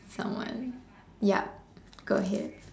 not one yup go ahead